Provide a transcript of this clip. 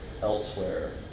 elsewhere